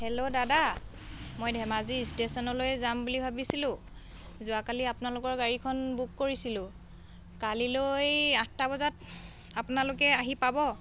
hello দাদা মই ধেমাজি ষ্টেচনলৈ যাম বুলি ভাবিছিলোঁ যোৱাকালি আপোনালোকৰ গাড়ীখন বুক কৰিছিলোঁ কালিলৈ আঠটা বজাত আপোনালোকে আহি পাব